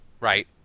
right